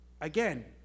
again